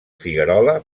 figuerola